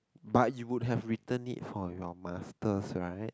but you would have returned it for your masters right